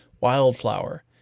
wildflower